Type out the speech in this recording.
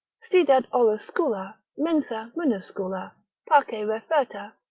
si dat oluscula mensa minuscula pace referta,